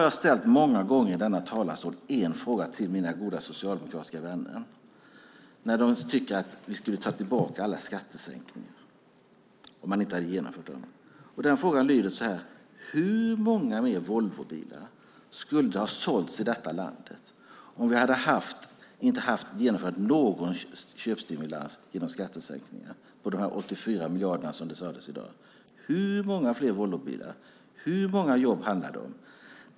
Jag har många gånger i denna talarstol ställt samma fråga till mina goda socialdemokratiska vänner, när de tycker att vi ska ta tillbaka alla skattesänkningar. Den frågan lyder så här: Hur många fler Volvobilar skulle ha sålts i detta land om vi inte hade genomfört någon köpstimulans genom skattesänkningar på de 84 miljarder som nämndes i dag? Hur många fler Volvobilar och hur många jobb handlar det om?